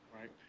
Right